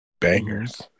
bangers